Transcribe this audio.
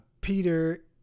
Peter